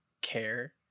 care